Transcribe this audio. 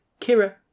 Kira